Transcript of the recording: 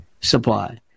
supply